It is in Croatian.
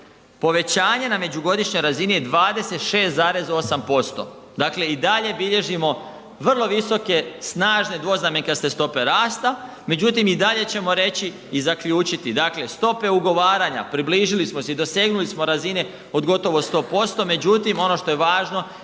Povećanje na međugodišnjoj razini je 26,8% dakle i dalje bilježimo vrlo visoke snažne dvoznamenkaste stope rasta, međutim i dalje ćemo reći i zaključiti, dakle stope ugovaranja približili smo si, dosegnuli smo razine od gotovo 100%, međutim ono što je važno